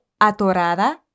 atorada